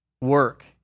work